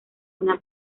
una